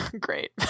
great